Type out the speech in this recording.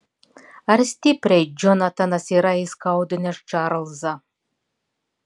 ar stipriai džonatanas yra įskaudinęs čarlzą